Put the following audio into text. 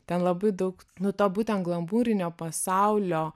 ten labai daug nu to būtent glamūrinio pasaulio